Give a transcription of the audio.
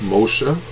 Moshe